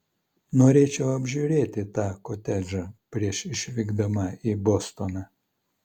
norėčiau apžiūrėti tą kotedžą prieš išvykdama į bostoną